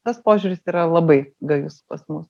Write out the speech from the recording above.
tas požiūris yra labai gajus pas mus